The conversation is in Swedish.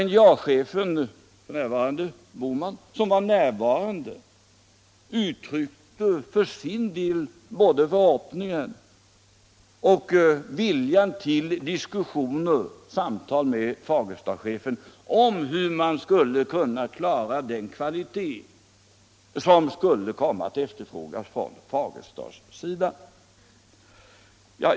NJA-chefen Boman som var närvarande uttryckte för sin del både förhoppningen om och viljan till diskussioner och samtal med Fagerstachefen om hur man skulle kunna klara den kvalitet som skulle komma att efterfrågas av Fagersta.